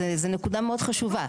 זה נקודה מאוד חשובה.